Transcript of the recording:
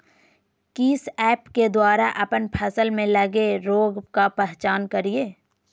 किस ऐप्स के द्वारा अप्पन फसल में लगे रोग का पहचान करिय?